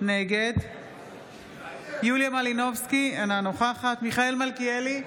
נגד יוליה מלינובסקי, אינה נוכחת מיכאל מלכיאלי,